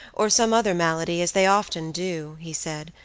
or some other malady, as they often do, he said,